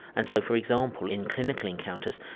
and so, for example, in clinical encounters,